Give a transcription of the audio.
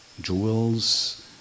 jewels